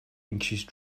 increased